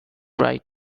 right